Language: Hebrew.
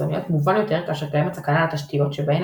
החיצוניות מובן יותר כאשר קיימת סכנה לתשתיות שבהן